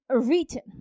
written